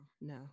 no